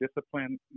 discipline